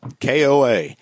KOA